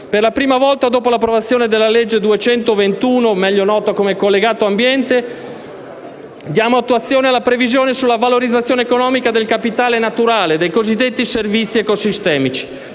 Per la prima volta, dopo l'approvazione della legge n. 221 del 2015, meglio nota come collegato ambiente, diamo attuazione alla previsione sulla valorizzazione economica del capitale naturale, dei cosiddetti servizi ecosistemici.